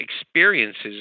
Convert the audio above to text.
experiences